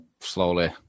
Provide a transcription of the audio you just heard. slowly